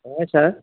হয় ছাৰ